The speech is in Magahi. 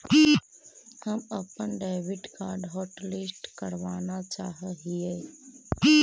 हम अपन डेबिट कार्ड हॉटलिस्ट करावाना चाहा हियई